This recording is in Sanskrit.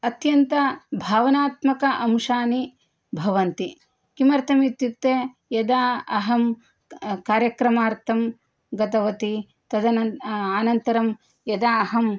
अत्यन्तं भावनात्मक अंशानि भवन्ति किमर्थम् इत्युक्ते यदा अहं कार्यक्रमार्थं गतवती तदन अनन्तरं यदा अहं